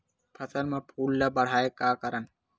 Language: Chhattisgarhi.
फसल म फूल ल बढ़ाय का करन?